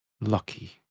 lucky